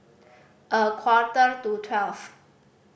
a quarter to twelve